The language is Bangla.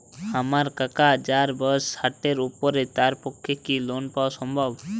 আমার কাকা যাঁর বয়স ষাটের উপর তাঁর পক্ষে কি লোন পাওয়া সম্ভব?